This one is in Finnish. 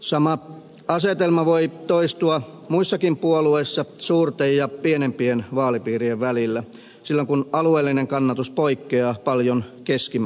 sama asetelma voi toistua muissakin puolueissa suurten ja pienempien vaalipiirien välillä silloin kun alueellinen kannatus poikkeaa paljon keskimääräisestä